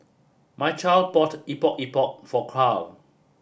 Mychal bought Epok Epok for Carl